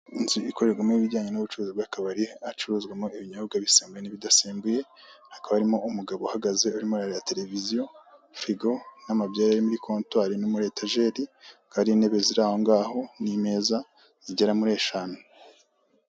Inzu ikorerwamo ibijyanye n'ubucuruzi bw'akabari, ahacururizwamo ibinyobwa bisembuye n'ibidasembuye, hakaba harimo umugabo uhagaze urimo urareba tereviziyo, firigo n'amabyeri ari muri kontwari no muri etajeri, hakaba hari intebe ziri aho ngaho n'imeza zigera muri eshanu.